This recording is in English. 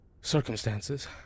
circumstances